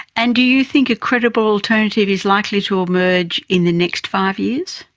and do you think a credible alternative is likely to emerge in the next five years?